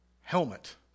helmet